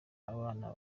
abana